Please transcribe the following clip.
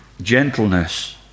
Gentleness